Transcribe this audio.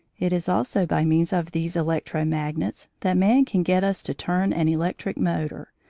it is also by means of these electro-magnets that man can get us to turn an electric motor,